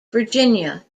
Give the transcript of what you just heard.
virginia